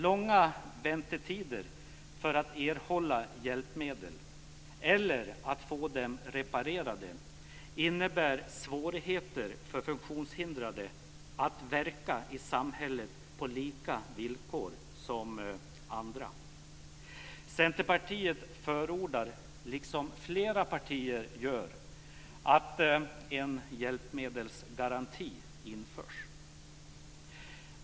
Långa väntetider för att erhålla hjälpmedel eller att få dem reparerade innebär svårigheter för funktionshindrade att verka i samhället på lika villkor som andra. Centerpartiet förordar, liksom flera partier, att en hjälpmedelsgaranti införs.